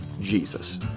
Jesus